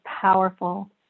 powerful